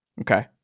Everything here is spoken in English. Okay